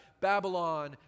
Babylon